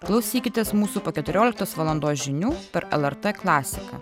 klausykitės mūsų po keturioliktos valandos žinių per lrt klasiką